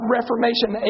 Reformation